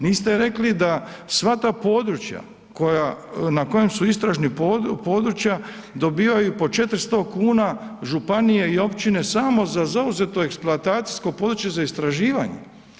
Niste rekli da sva ta područja na kojem su istražna područja dobivaju po 400 kuna županije i općine samo za zauzeto eksploatacijsko područje za istraživanje.